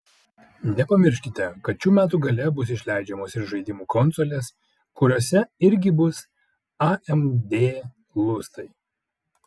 nepamirškite kad šių metų gale bus išleidžiamos ir žaidimų konsolės kuriose irgi bus amd lustai